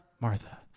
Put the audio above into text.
Martha